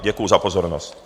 Děkuju za pozornost.